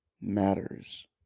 matters